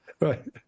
right